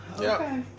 okay